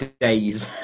days